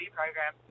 program